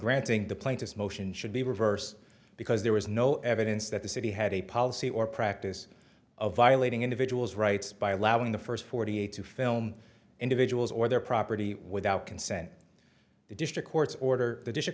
motion should be reversed because there was no evidence that the city had a policy or practice of violating individual's rights by allowing the first forty eight to film individuals or their property without consent the district court's order the dish of